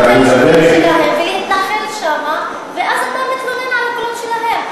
והיא מתנחלת שם, ואז אתה מתלונן על פעולות שלהם.